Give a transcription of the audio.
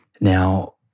Now